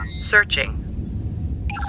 Searching